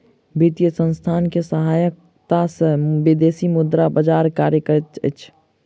वित्तीय संसथान के सहायता सॅ विदेशी मुद्रा बजार कार्य करैत अछि